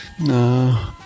No